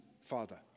father